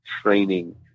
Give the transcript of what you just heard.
training